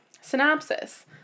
Synopsis